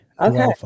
Okay